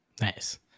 Nice